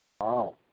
Wow